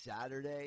Saturday